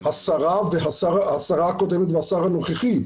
השרה הקודמת והשר הנוכחי.